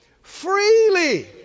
freely